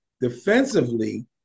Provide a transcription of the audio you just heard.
defensively